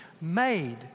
made